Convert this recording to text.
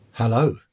Hello